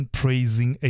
praising